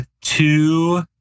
two